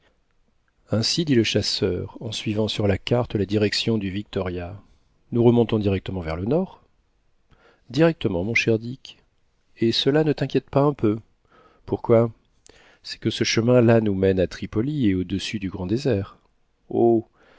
ainsi dit le chasseur en suivant sur la carte la direction du victoria nous remontons directement vers le nord directement mon cher dick et cela ne t'inquiète pas un peu pourquoi c'est que ce chemin-là nous mène à tripoli et au-dessus du grand désert oh